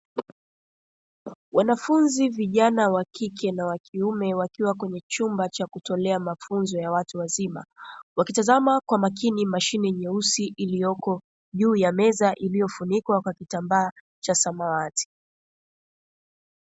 Wanafunzi vijana wakike na wakiume wakiwa kwenye chumba cha kutolea mafunzo ya watu wazima, wakitazama kwa makini mashine nyeusi iliyoko juu ya meza iliyofunikwa kwa kitambaa cha samawati.